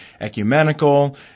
ecumenical